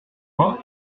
pas